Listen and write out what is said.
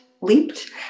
leaped